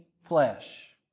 flesh